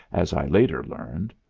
as i later learned.